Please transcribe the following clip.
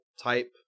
type